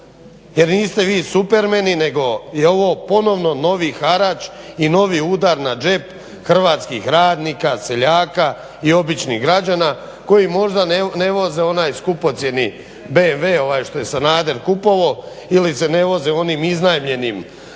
jer niste vi supermen nego je ovo ponovno novi harač i novi udar na džep hrvatskih radnika, seljaka i običnih građana koji možda ne voze onaj skupocjeni BMW koji je Sanader kupovao ili se ne voze u onim iznajmljenim